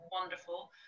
wonderful